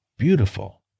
beautiful